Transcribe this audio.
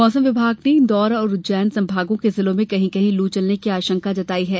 मौसम विभाग ने इंदौर और उज्जैन संभागों के जिलों में कहीं कहीं लू चलने की आशंका जताई है